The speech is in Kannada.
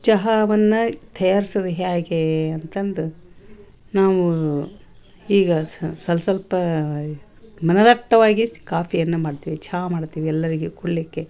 ಚಹಾವನ್ನ ತಯಾರ್ಸೋದು ಹೇಗೆ ಅಂತಂದು ನಾವು ಈಗ ಸಲ್ಪ ಸ್ವಲ್ಪ ಮನದಟ್ಟವಾಗಿ ಕಾಫಿಯನ್ನ ಮಾಡ್ತೀವಿ ಚಾ ಮಾಡ್ತೀವಿ ಎಲ್ಲರಿಗೆ ಕೊಡಲಿಕ್ಕೆ